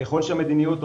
ככל שהמדיניות,